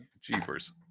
Jeepers